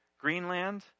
Greenland